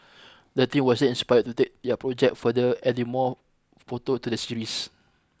the team was then inspired to take their project further adding more photo to the series